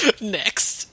Next